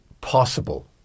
possible